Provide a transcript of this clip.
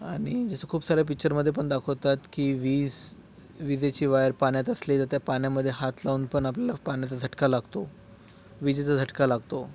आणि जसं खूप साऱ्या पिक्चरमध्ये पण दाखवतात की वीज विजेची वायर पाण्यात असली तर त्या पाण्यामध्ये हात लावून पण आपल्याला पाण्याचा झटका लागतो विजेचा झटका लागतो